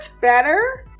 better